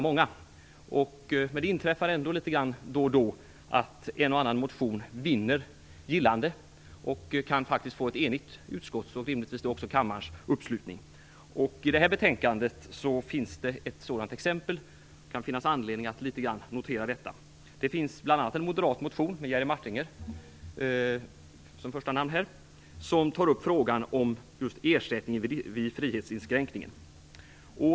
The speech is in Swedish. Men det inträffar litet då och då att en och annan motion vinner gillande och faktiskt kan få ett enigt utskotts och rimligtvis då också kammarens uppslutning. I detta betänkande finns det ett sådant exempel. Det kan finnas anledning att litet grand notera detta. Det finns bl.a. en moderat motion med Jerry Martinger som första namn. I den motionen tas ersättningen vid frihetsinskränkningar upp.